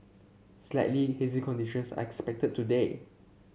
slightly hazy conditions are expected today